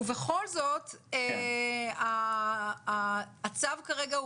ובכל זאת הצו כרגע,